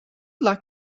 luck